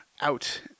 out